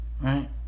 right